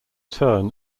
turn